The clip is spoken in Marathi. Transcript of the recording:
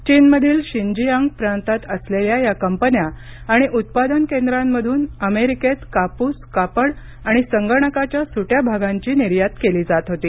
चीमधील शिनजिआंग प्रांतात असलेल्या या कंपन्या आणि उत्पादन केंद्रांमधून अमेरिकेत कापूस कापड आणि संगणकाच्या सुट्या भागांची निर्यात केली जात होती